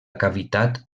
cavitat